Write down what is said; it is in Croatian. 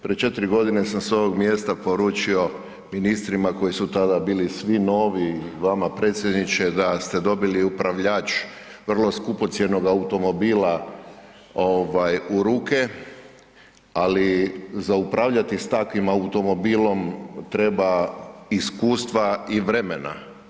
Prije 4 godine sam s ovog mjesta poručio ministrima koji su tada bili svi novi i vama predsjedniče da ste dobili upravljač vrlo skupocjenoga automobila ovaj u ruke, ali za upravljati s takvim automobilom treba iskustva i vremena.